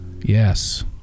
Yes